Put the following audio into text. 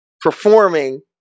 performing